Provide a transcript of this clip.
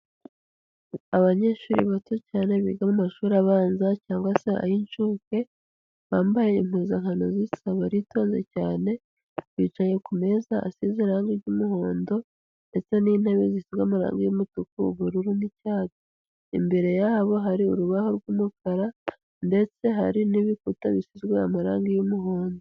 Abanyeshuri bato cyane biga mu mashuri abanza cyangwa se ay'inshuke, bambaye impuzakano zisa, baritonze cyane, bicaye ku meza asize irange ry'umuhondo ndetse n'intebe zisizwe amarangi y'umutuku, ubururu n'icyatsi, imbere yabo hari urubaho rw'umukara, ndetse hari n'ibikuta bisizwe amarangi y'umuhondo.